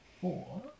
Four